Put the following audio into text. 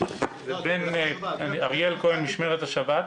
אני מ'משמרת השבת'.